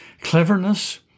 cleverness